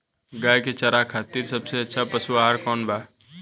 गाय के चारा खातिर सबसे अच्छा पशु आहार कौन बा?